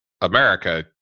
america